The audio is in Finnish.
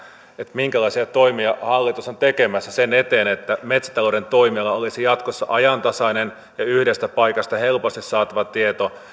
minkälaisia toimia hallitus on tekemässä sen eteen että metsätalouden toimiala olisi jatkossa ajantasainen ja olisi yhdestä paikasta helposti saatava tieto